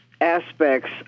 aspects